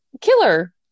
killer